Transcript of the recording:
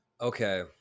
Okay